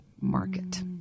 market